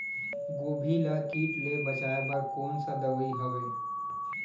गोभी ल कीट ले बचाय बर कोन सा दवाई हवे?